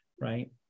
Right